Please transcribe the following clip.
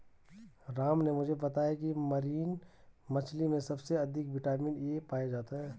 राम ने मुझे बताया की मरीन मछली में सबसे अधिक विटामिन ए पाया जाता है